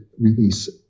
release